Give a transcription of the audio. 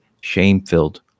shame-filled